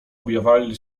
objawiali